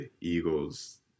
Eagles